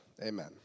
Amen